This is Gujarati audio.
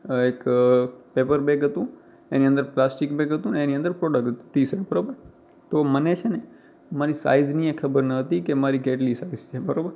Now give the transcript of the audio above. એક પેપરબેગ હતું એની અંદર પ્લાસ્ટિક બેગ હતું અને એની અંદર પ્રોડ્કટ હતું ટી શર્ટ બરાબર તો મને છે ને મારી સાઇઝની એ ખબર ન હતી કે મારી કેટલી સાઇઝ છે બરાબર